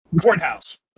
Courthouse